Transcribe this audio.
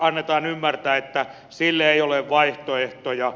annetaan ymmärtää että sille ei ole vaihtoehtoja